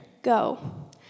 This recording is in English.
go